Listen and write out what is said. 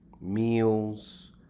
meals